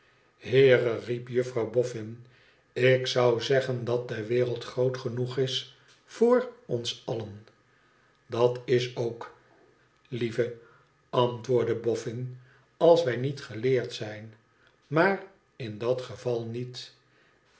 theere riep juffrouw bofhn ik zou zeggen dat de wereld groot genoeg is voor ons allen dat is ook lieve antwoordde boffin als wij niet geleerd zijn maar in dat geval niet